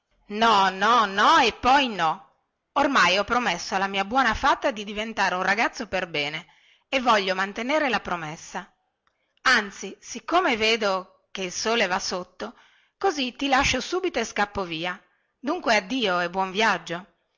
no no no e poi no oramai ho promesso alla mia buona fata di diventare un ragazzo perbene e voglio mantenere la promessa anzi siccome vedo che il sole va sotto così ti lascio subito e scappo via dunque addio e buon viaggio